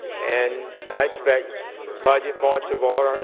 and i expect budget points of order, and